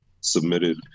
submitted